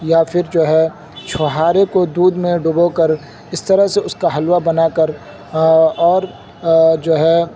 یا پھر جو ہے چھوہارے کو دودھ میں ڈبو کر اس طرح سے اس کا حلوہ بنا کر اور جو ہے